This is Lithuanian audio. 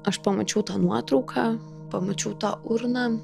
aš pamačiau tą nuotrauką pamačiau tą urną